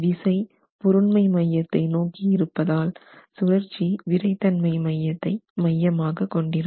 விசை பொருண்மை மையத்தை நோக்கி இருப்பதால் சுழற்சி விறைத்தன்மை மையத்தை மையமாக கொண்டிருக்கும்